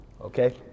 okay